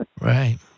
Right